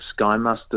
Skymaster